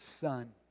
Son